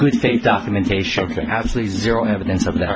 good faith documentation absolute zero evidence of th